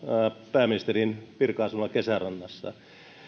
pääministerin virka asunnolla kesärannassa